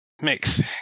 Mix